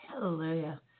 Hallelujah